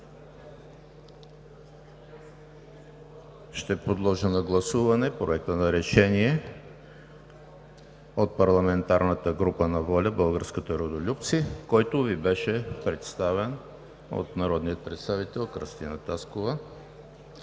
Ще подложа на гласуване Проекта за решение от парламентарната група на „ВОЛЯ – Българските Родолюбци“, който Ви беше представен от народния представител Кръстина Таскова.